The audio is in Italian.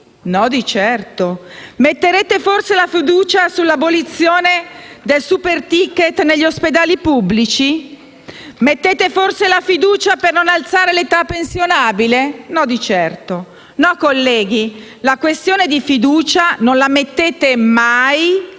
No di certo. Metterete forse la fiducia sull'abolizione del *superticket* negli ospedali pubblici? Mettete forse la fiducia per non alzare l'età pensionabile? No di certo. No, colleghi, la questione di fiducia non la mettete mai